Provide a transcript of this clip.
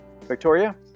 Victoria